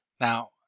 Now